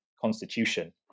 constitution